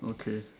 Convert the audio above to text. okay